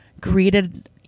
greeted